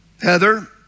Heather